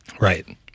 Right